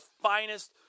finest